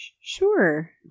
Sure